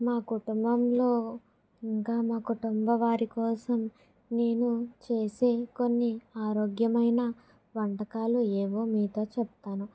మా కుటుంబంలో ఇంకా మా కుటుంబ వారి కోసం నేను చేసే కొన్ని ఆరోగ్యమైన వంటకాలు ఏవో మీతో చెప్తాను